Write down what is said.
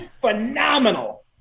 phenomenal